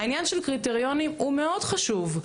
העניין של קריטריונים הוא מאוד חשוב.